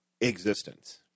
existence